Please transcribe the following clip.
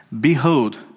Behold